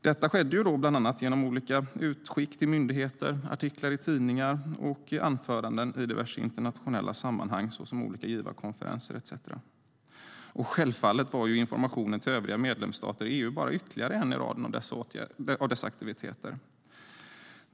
Detta skedde bland annat genom olika utskick till myndigheter, artiklar i tidningar och anföranden i diverse internationella sammanhang, såsom givarkonferenser etcetera. Och självfallet var informationen till övriga medlemsstater i EU bara ytterligare en i raden av dessa aktiviteter.